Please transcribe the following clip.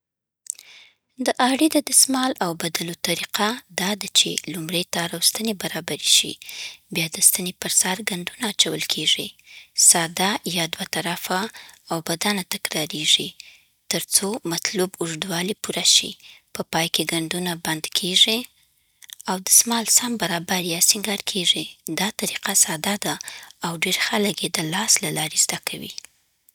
د عاړی د دستمال اوبدلو طریقه دا ده چې لومړی تار او ستنې برابرې شي، بیا د ستنې پر سر ګنډونه اچول کېږي. ساده یا دوه طرفه اوبدنه تکرارېږي تر څو مطلوب اوږدوالی پوره شي. په پای کې ګنډونه بنده کېږي، او دستمال سم برابر یا سینګار کېږي. دا طریقه ساده ده او ډېر خلک‌یې د لاس له لارې زده کوي.